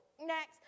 next